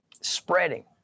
spreading